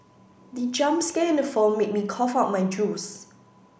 the jump scare in the film made me cough out my juice